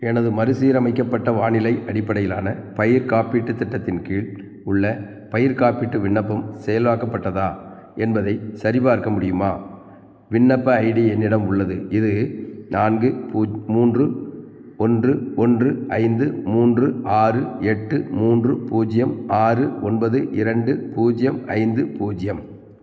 எனது மறுசீரமைக்கப்பட்ட வானிலை அடிப்படையிலான பயிர் காப்பீட்டு திட்டத்தின் கீழ் உள்ள பயிர் காப்பீட்டு விண்ணப்பம் செயலாக்கப்பட்டதா என்பதை சரி பார்க்க முடியுமா விண்ணப்ப ஐடி என்னிடம் உள்ளது இது நான்கு பு மூன்று ஒன்று ஒன்று ஐந்து மூன்று ஆறு எட்டு மூன்று பூஜ்ஜியம் ஆறு ஒன்பது இரண்டு பூஜ்ஜியம் ஐந்து பூஜ்ஜியம்